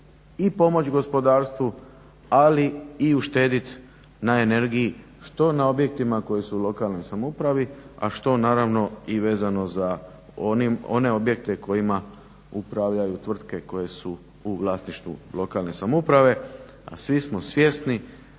i pomoći gospodarstvu ali i uštediti na energiji što na objektima koji su u lokalnoj samoupravi, a što naravno i vezano za one objekte kojima upravljaju tvrtke koje su u vlasništvu lokalne samouprave. a svi smo svjesni